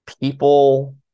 people